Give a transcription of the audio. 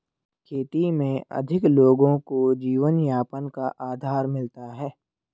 खेती में अधिक लोगों को जीवनयापन का आधार मिलता है